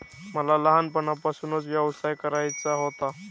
मला लहानपणापासूनच व्यवसाय करायचा होता